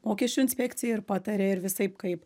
mokesčių inspekcija ir pataria ir visaip kaip